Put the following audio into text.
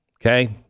Okay